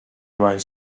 remained